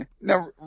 Now